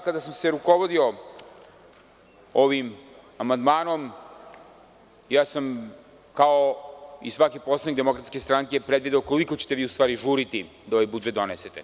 Kada sam se rukovodio ovim amandmanom, ja sam kao i svaki poslanik DS predvideo koliko ćete vi u stvari žuriti da ovaj budžet donesete.